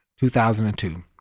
2002